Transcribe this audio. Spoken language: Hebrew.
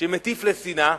שמטיף לשנאה,